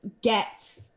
get